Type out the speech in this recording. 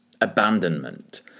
abandonment